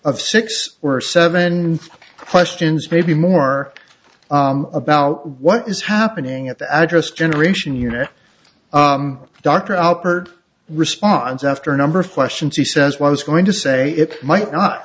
of six or seven questions maybe more about what is happening at the address generation year dr alpert responds after a number of questions he says was going to say it might not